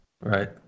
Right